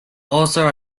also